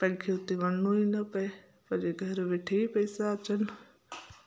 कंहिंखे हुते वञिणो ई न पए पंहिंजे घर वेठे ई पैसा अचनि